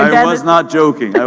i was not joking.